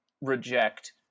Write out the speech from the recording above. reject